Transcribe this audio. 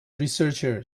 researcher